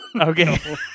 okay